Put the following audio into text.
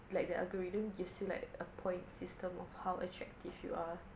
like the algorithm gives you like a point system of how attractive you are